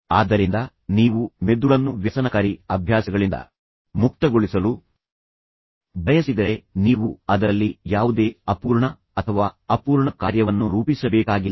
ಆದ್ದರಿಂದ ನೀವು ಮೆದುಳನ್ನು ವ್ಯಸನಕಾರಿ ಅಭ್ಯಾಸಗಳಿಂದ ಮುಕ್ತಗೊಳಿಸಲು ಬಯಸಿದರೆ ನೀವು ಅದರಲ್ಲಿ ಯಾವುದೇ ಅಪೂರ್ಣ ಅಥವಾ ಅಪೂರ್ಣ ಕಾರ್ಯವನ್ನು ರೂಪಿಸಬೇಕಾಗಿಲ್ಲ